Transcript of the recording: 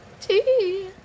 tea